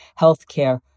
healthcare